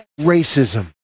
racism